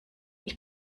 ich